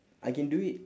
I can do it